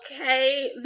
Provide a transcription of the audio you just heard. okay